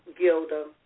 Gilda